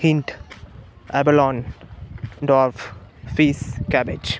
hint abalone dwarf fish cabbage